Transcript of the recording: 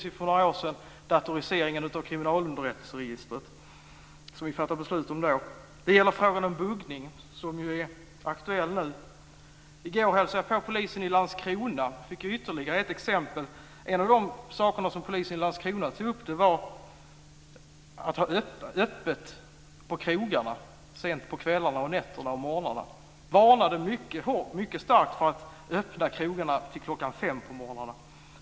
Vi minns datoriseringen av kriminalunderrättelseregistret som vi fattade beslut om för några år sedan. Det gäller också frågan om buggning, som ju är aktuell nu. I går hälsade jag på polisen i Landskrona och fick ytterligare ett exempel. En av de saker som man tog upp där var öppethållandet av krogarna sent på kvällarna, nätterna och morgnarna. Man varnade mycket starkt för att hålla krogarna öppna till klockan fem på morgnarna.